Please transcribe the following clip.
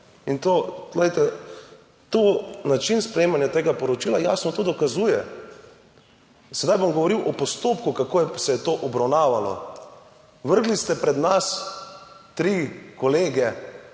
Glejte, način sprejemanja tega poročila jasno tudi dokazuje. Sedaj bom govoril o postopku, kako se je to obravnavalo. Vrgli ste pred nas tri kolege